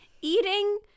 eating